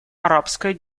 арабской